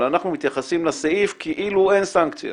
אבל אנחנו מתייחסים לסעיף כאילו אין סנקציה.